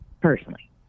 personally